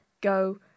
go